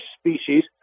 species